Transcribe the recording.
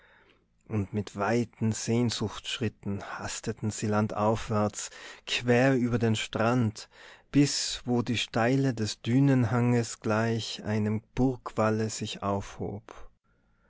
und mit weiten sehnsuchtsschritten hasteten sie landaufwärts quer über den strand bis wo die steile des dünenhanges gleich einem burgwalle sich aufhob